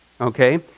Okay